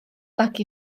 nag